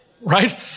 right